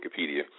Wikipedia